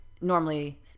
normally